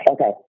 Okay